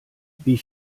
wie